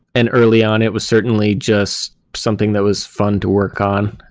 and early on it was certainly just something that was fun to work on.